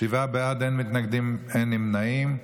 שבעה בעד, אין מתנגדים, אין נמנעים.